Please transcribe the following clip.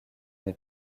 des